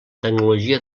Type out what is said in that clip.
tecnologia